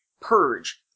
Purge